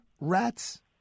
rats